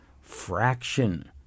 fraction